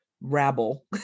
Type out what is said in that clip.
rabble